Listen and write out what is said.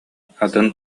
атын